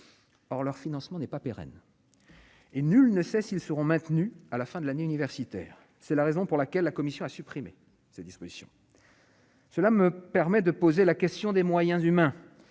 or leur financement n'est pas pérenne et nul ne sait s'ils seront maintenues à la fin de l'année universitaire, c'est la raison pour laquelle la commission a supprimé cette disposition, cela me permet de poser la question des moyens humains